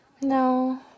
No